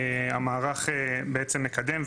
המערך מקדם זאת.